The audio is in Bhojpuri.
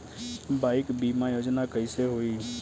बाईक बीमा योजना कैसे होई?